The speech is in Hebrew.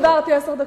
לא דיברתי עשר דקות.